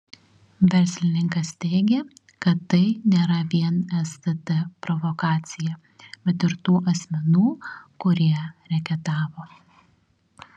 verslininkas teigė kad tai nėra vien stt provokacija bet ir tų asmenų kurie reketavo